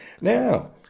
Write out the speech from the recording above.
Now